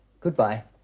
Goodbye